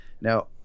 Now